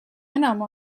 enam